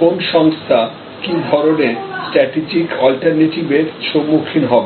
কোন সংস্থা কি ধরনের স্ট্র্যাটেজিক অল্টারনেটিভ এর সম্মুখীন হবে